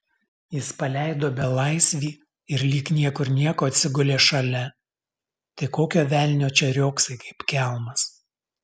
jis paleido belaisvį ir lyg niekur nieko atsigulė šalia tai kokio velnio čia riogsai kaip kelmas